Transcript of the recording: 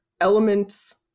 elements